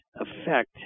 effect